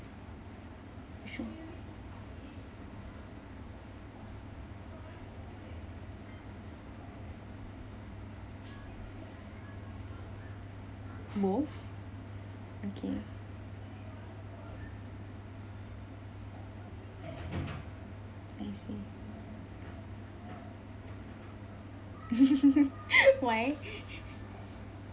both okay I see why